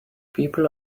people